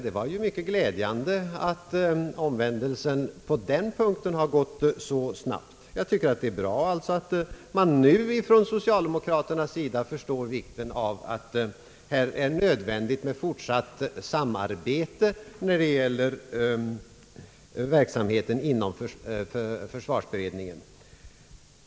Det var ju mycket glädjande att omvändelsen på den punkten gått så snabbt. Jag tycker att det är bra att man nu från socialdemokraternas sida förstår vikten av fortsatt samarbete när det gäller verksamheten inom försvarsberedningen.